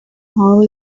hall